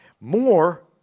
More